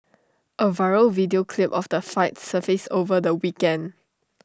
A viral video clip of the fight surfaced over the weekend